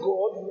God